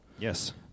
yes